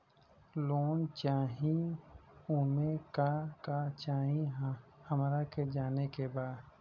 Loan चाही उमे का का चाही हमरा के जाने के बा?